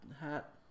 hat